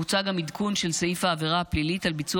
מוצע גם עדכון של סעיף העבירה הפלילית על ביצוע